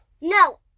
No